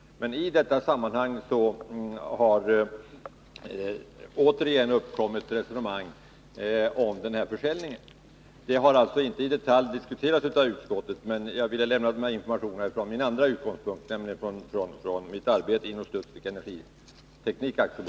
I detta sammanhang har det även förekommit resonemang om försäljningen. Detta har alltså inte i detalj diskuterats av utskottet, men jag vill lämna de här informationerna från min andra utgångspunkt, från mitt arbete inom Studsvik Energiteknik AB.